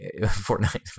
Fortnite